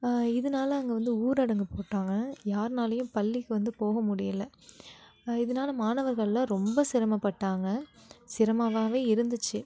இதனால அங்கே வந்து ஊரடங்கு போட்டாங்க யாருனாலேயும் பள்ளிக்கு வந்து போக முடியலை இதனால மாணவர்கள்லாம் ரொம்ப சிரமப்பட்டாங்க சிரமமாகவே இருந்துச்சு